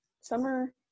summer